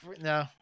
no